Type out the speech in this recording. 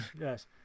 yes